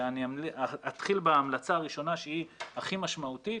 ואני אתחיל בהמלצה הראשונה שהיא הכי משמעותית.